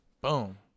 boom